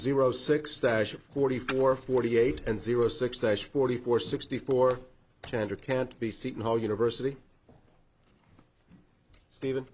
zero six stash forty four forty eight and zero six days forty four sixty four percent or can't be seton hall university steven